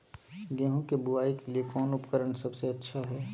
गेहूं के बुआई के लिए कौन उपकरण सबसे अच्छा है?